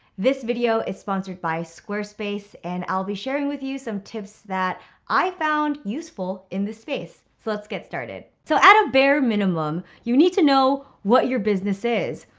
this video is sponsored by squarespace, and i'll be sharing with you some tips that i found useful in this space. so let's get started. so at a bare minimum, you need to know what your business is.